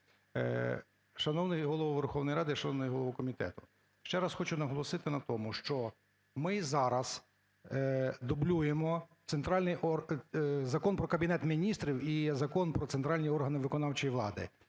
Шановний Голово Верховної Ради, шановний голово комітету, ще раз хочу наголосити на тому, що ми зараз дублюємо Закон про Кабінет Міністрів і Закон "Про центральні органи виконавчої влади",